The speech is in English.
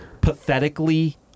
pathetically